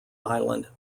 island